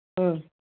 ꯎꯝ